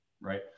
right